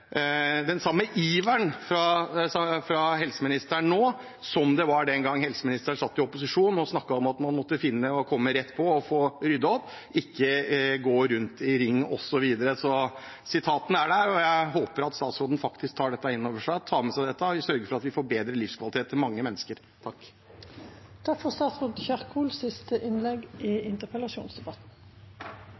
iveren fra helseministeren nå som den gang hun satt i opposisjon og snakket om at man måtte få ryddet opp og ikke gå rundt i ring osv. Sitatene er der. Jeg håper at statsråden faktisk tar dette innover seg, tar med seg dette og sørger for at mange mennesker får bedre livskvalitet. Jeg etterlyser samme engasjement fra Fremskrittspartiet når det gjelder å forebygge diabetes type 2, for